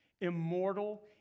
immortal